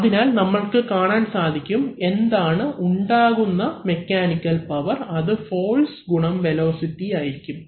അതിനാൽ നമ്മൾക്ക് കാണാൻ സാധിക്കും എന്താണ് ഉണ്ടാകുന്ന മെക്കാനിക്കൽ പവർ അത് ഫോഴ്സ് ഗുണം വെലോസിറ്റി ആയിരിക്കും